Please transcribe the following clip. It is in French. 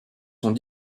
sont